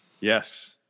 Yes